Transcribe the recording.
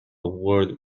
word